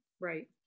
Right